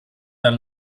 dal